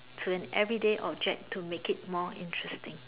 to an everyday object to make it more interesting